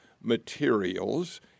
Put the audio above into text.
materials